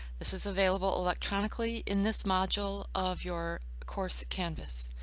this is available electronically in this module of your course canvas.